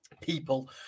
people